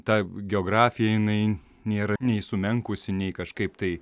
ta geografija jinai nėra nei sumenkusi nei kažkaip tai